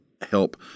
help –